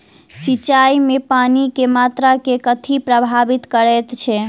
सिंचाई मे पानि केँ मात्रा केँ कथी प्रभावित करैत छै?